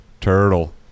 turtle